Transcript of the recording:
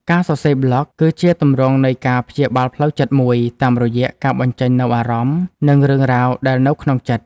ការសរសេរប្លក់គឺជាទម្រង់នៃការព្យាបាលផ្លូវចិត្តមួយ តាមរយៈការបញ្ចេញនូវអារម្មណ៍ និងរឿងរ៉ាវដែលនៅក្នុងចិត្ត។